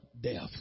death